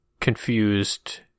confused